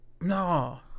No